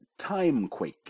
Timequake